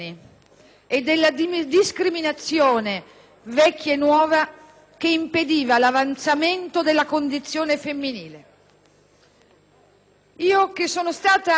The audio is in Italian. e della discriminazione, vecchia e nuova, che impediva l'avanzamento della condizione femminile.